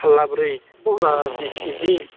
फाल्ला ब्रै होमब्ला बिस केजि